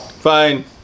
Fine